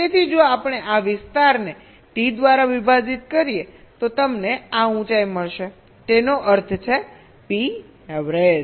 તેથી જો આપણે આ વિસ્તારને T દ્વારા વિભાજીત કરીએ તો તમને આ ઉંચાઈ મળશેતેનો અર્થ છે પી એવરેજ